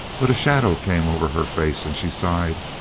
but a shadow came over her face, and she sighed.